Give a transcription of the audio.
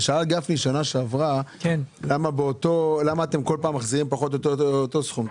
גפני בשנה שעברה למה אתם כל פעם מחזירים פחות או יותר אותו סכום,